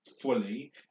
fully